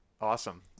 Awesome